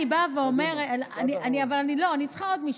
אני צריכה עוד משפט.